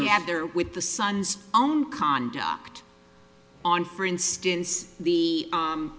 you have there with the sun's own conduct on for instance the